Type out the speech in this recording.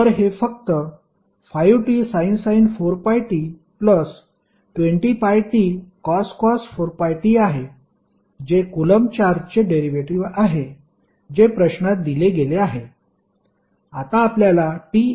तर हे फक्त 5sin 4πt 20πtcos 4πt आहे जे कुलम्ब चार्जचे डेरिव्हेटिव्ह आहे जे प्रश्नात दिले गेले आहे